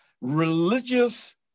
religious